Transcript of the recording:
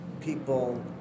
people